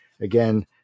again